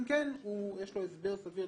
את אומרת שאסור.